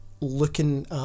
looking